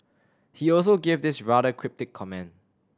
he also gave this rather cryptic comment